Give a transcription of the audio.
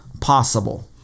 possible